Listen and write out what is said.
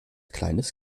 kleines